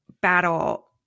battle